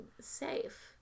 safe